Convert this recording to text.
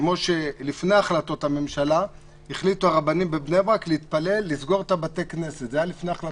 לפני החלטות הממשלה החליטו הרבנים בבני ברק לסגור את בתי הכנסת.